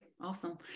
awesome